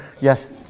Yes